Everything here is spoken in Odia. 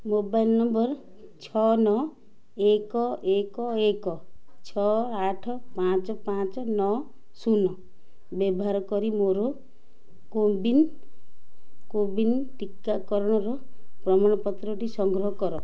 ମୋବାଇଲ୍ ନମ୍ବର୍ ଛଅ ନଅ ଏକ ଏକ ଏକ ଛଅ ଆଠ ପାଞ୍ଚ ପାଞ୍ଚ ନଅ ଶୂନ ବ୍ୟବହାର କରି ମୋର କୋୱିନ୍ କୋୱିନ୍ ଟିକାକରଣର ପ୍ରମାଣପତ୍ରଟି ସଂଗ୍ରହ କର